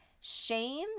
Shame